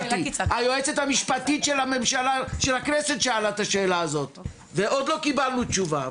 היועצת המשפטית של הכנסת שאלה את השאלה הזאת ועוד לא קיבלנו תשובה,